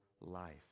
life